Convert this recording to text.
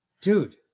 dude